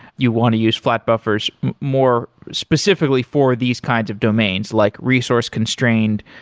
you want to use flat buffers more specifically for these kinds of domains, like resource constrained,